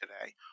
today